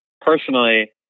personally